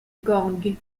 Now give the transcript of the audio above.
gang